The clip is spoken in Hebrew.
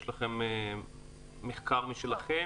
יש לכם מחקר משלכם?